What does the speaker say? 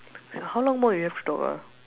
how long more we have to talk ah